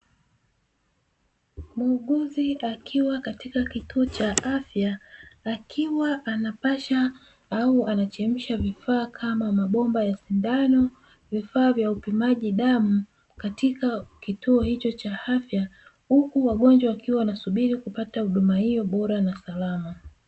Muuguzi akiwa katika kituo cha afya akiwa anapasha au anachemsha vifaa kama mabomba ya sindano, vifaa vya upimaji damu katika kituo hicho cha afya huku wangonjwa wakiwa anasubiri kupata huduma hiyo bora na salama.